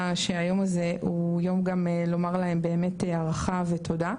שהיום הזה הוא יום גם לומר להם באמת הערכה ותודה.